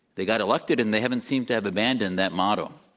they got elected, and they haven't seemed to have abandoned that motto.